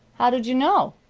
how did you know?